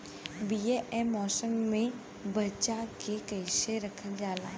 बीया ए मौसम में बचा के कइसे रखल जा?